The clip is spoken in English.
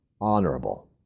honorable